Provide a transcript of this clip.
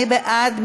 מי בעד?